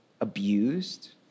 abused